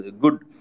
good